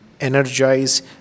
energize